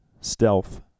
stealth